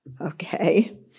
Okay